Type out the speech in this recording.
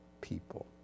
people